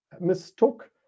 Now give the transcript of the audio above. mistook